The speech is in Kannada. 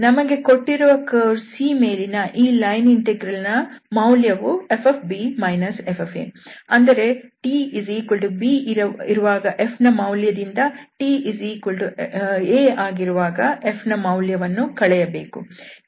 ನಮಗೆ ಕೊಟ್ಟಿರುವ ಕರ್ವ್ C ಯ ಮೇಲಿನ ಈ ಲೈನ್ ಇಂಟೆಗ್ರಲ್ ನ ಮೌಲ್ಯವು fb f ಅಂದರೆ tb ಇರುವಾಗ f ನ ಮೌಲ್ಯದಿಂದ ta ಆದಾಗ f ನ ಮೌಲ್ಯವನ್ನು ಕಳೆಯಬೇಕು